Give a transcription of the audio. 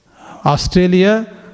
Australia